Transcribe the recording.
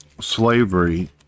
slavery